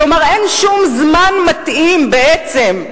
כלומר, אין שום זמן מתאים בעצם,